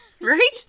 Right